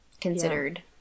considered